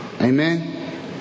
Amen